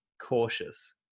cautious